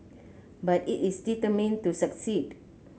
but it is determined to succeed